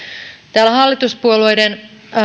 täällä hallituspuolueiden